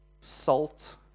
salt